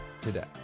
today